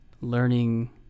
learning